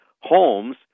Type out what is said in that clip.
homes